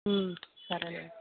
సరేనండి